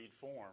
form